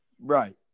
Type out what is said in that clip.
Right